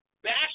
Back